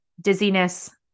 dizziness